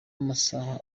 amasaha